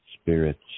spirits